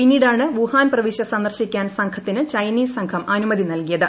പിന്നീടാണ് വുഹാൻ പ്രവിശ്യ സന്ദർശിക്കാൻ സംഘത്തിന് ചൈനീസ് സംഘം അനുമതി നൽകിയത്